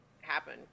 happen